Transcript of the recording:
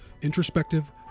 introspective